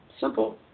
simple